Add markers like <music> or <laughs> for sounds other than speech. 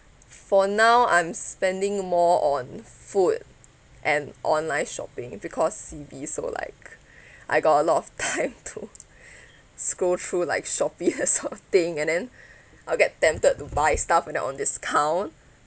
for now I'm spending more on food and online shopping because C_B so like <breath> I got a lot of time <laughs> to <breath> scroll through like shopee <laughs> that sort of thing and then <breath> I'll get tempted to buy stuff that are on discount